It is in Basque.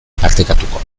partekatuko